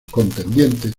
contendientes